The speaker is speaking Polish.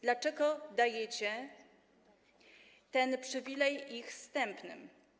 Dlaczego dajecie ten przywilej ich zstępnym?